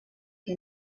que